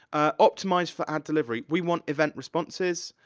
optimise for ad delivery. we want event responses.